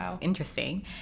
interesting